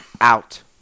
Out